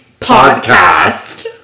podcast